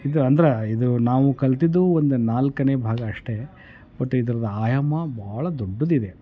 ಇದು ಅಂದ್ರೆ ಇದು ನಾವು ಕಲ್ತಿದ್ದು ಒಂದು ನಾಲ್ಕನೇ ಭಾಗ ಅಷ್ಟೇ ಬಟ್ ಇದ್ರದ್ದು ಆಯಾಮ ಭಾಳ ದೊಡ್ಡದಿದೆ